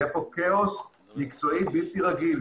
יהיה פה כאוס מקצועי בלתי רגיל.